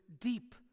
deep